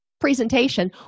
presentation